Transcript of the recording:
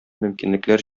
мөмкинлекләр